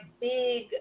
big